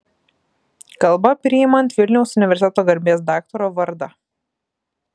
kalba priimant vilniaus universiteto garbės daktaro vardą